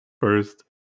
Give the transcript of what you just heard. first